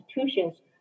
institutions